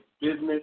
Business